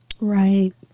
Right